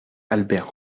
albert